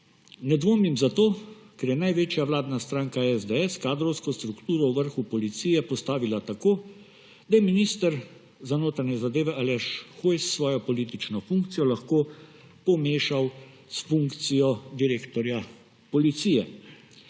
Ne dvomim zato, ker je največja vladna stranka SDS kadrovsko strukturo v vrhu Policije postavila tako, da je minister za notranje zadeve Aleš Hojs svojo politično funkcijo lahko pomešal s funkcijo direktorja Policije.